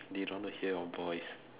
they don't want to hear your voice